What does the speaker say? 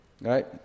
right